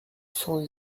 cent